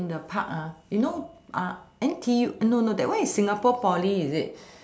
in the park you know N_T_U no no that one is singapore poly is it